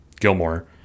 Gilmore